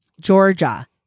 Georgia